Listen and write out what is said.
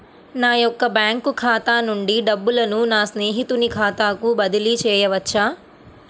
నా యొక్క బ్యాంకు ఖాతా నుండి డబ్బులను నా స్నేహితుని ఖాతాకు బదిలీ చేయవచ్చా?